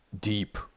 deep